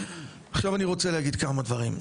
עכשיו אני רוצה להגיד כמה דברים.